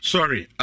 Sorry